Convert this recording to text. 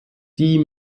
die